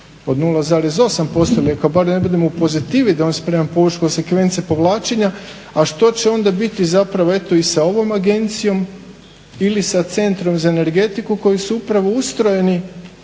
od 0,8%, neka bar ne budemo u pozitivi …/Ne razumije se./… povlačenja, a što će onda biti zapravo eto i sa ovom agencijom ili sa centrom za energetiku koji su upravo ustrojeni